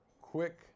quick